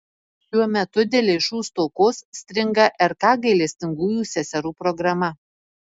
šiuo metu dėl lėšų stokos stringa rk gailestingųjų seserų programa